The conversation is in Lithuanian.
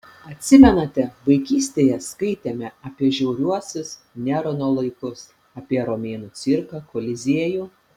atsimenate vaikystėje skaitėme apie žiauriuosius nerono laikus apie romėnų cirką koliziejų